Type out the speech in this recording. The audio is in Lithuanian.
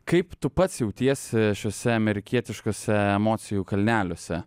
kaip tu pats jautiesi šiuose amerikietiškuose emocijų kalneliuose